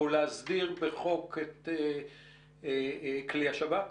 להסדיר בחוק את כלי השב"כ?